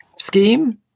scheme